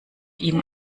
ihm